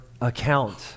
account